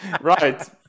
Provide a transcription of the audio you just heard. right